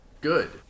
Good